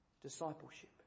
Discipleship